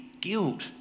guilt